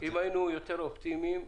אם היינו יותר אופטימיים,